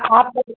आपका जो